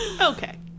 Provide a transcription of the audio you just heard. Okay